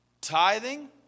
Tithing